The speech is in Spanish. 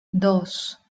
dos